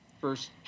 first